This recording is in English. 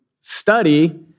study